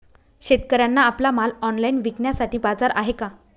शेतकऱ्यांना आपला माल ऑनलाइन विकण्यासाठी बाजार आहे का?